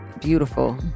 Beautiful